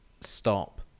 stop